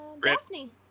Daphne